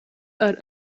are